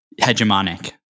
hegemonic